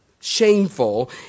shameful